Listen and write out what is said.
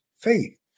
faith